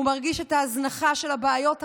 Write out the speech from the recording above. הוא מרגיש את ההזנחה של הבעיות הרבות,